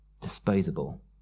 disposable